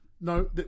No